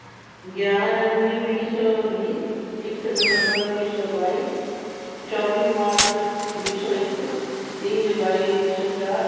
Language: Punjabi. ਗਿਆਰ੍ਹਾਂ ਜਨਵਰੀ ਵੀਹ ਸੌ ਉੱਨੀ ਇੱਕ ਦਸੰਬਰ ਵੀਹ ਸੌ ਬਾਈ ਚੌਵੀ ਮਾਰਚ ਵੀਹ ਸੌ ਇੱਕ ਤੀਹ ਜੁਲਾਈ ਵੀਹ ਸੌ ਚਾਰ